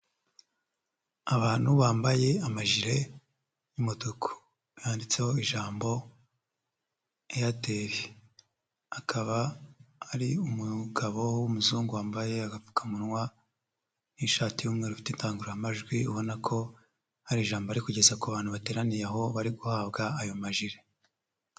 Abantu bambaye amajire y'umutuku yanditseho ijambo Airtel, akaba ari umugabo w'umuzungu wambaye agapfukamunwa n'ishati y'umweru, ufite idangururamajwi ubona ko hari ijambo ari kugeza ku bantu bateraniye aho bari guhabwa ayo majire.